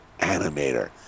animator